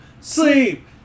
sleep